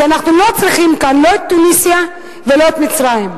כי אנחנו לא צריכים כאן לא את תוניסיה ולא את מצרים.